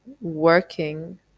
working